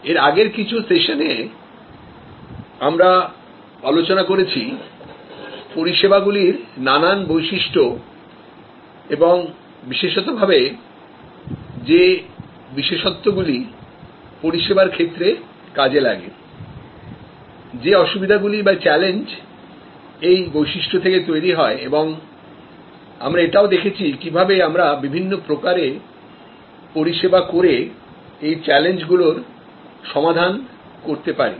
এর আগের কিছু সেশনে আমরা আলোচনা করেছি পরিষেবাগুলির নানান বৈশিষ্ট্য এবং বিশেষভাবে যে বিশেষত্ব গুলি পরিষেবার ক্ষেত্রে কাজে লাগে যে অসুবিধা গুলি বা চ্যালেঞ্জ এই বৈশিষ্ট্য থেকে তৈরি হয় এবং আমরা এটাও দেখেছি কিভাবে আমরা বিভিন্ন প্রকারে পরিষেবা করে এই চ্যালেঞ্জগুলোর সমাধান করতে পারি